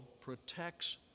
protects